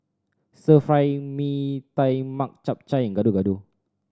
Stir Fry Mee Tai Mak Chap Chai and Gado Gado